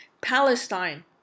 Palestine